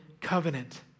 covenant